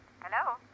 Hello